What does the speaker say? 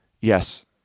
Yes